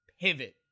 pivot